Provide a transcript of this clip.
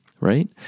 right